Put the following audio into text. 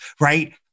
right